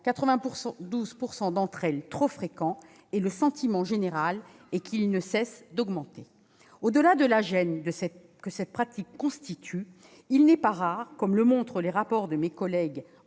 92 % d'entre elles « trop fréquent ». Selon le sentiment général, il ne cesse d'augmenter. Au-delà de la gêne que constitue cette pratique, il n'est pas rare, comme le montrent les rapports de mes collègues